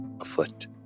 afoot